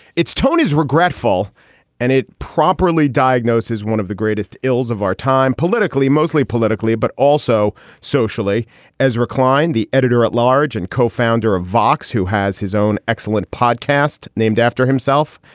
its tone is regretful and it properly diagnoses one of the greatest ills of our time politically, mostly politically, but also socially as reclined. the editor at large and co-founder of vox, who has his own excellent podcast named after himself.